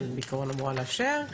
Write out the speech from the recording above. אבל בעיקרון אמורה לאשר.